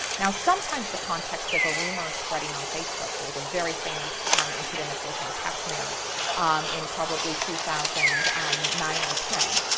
now sometimes the context of a rumor spreading on facebook, there was a very famous incident of this in kashmir um in probably two thousand and um nine or ten,